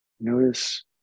Notice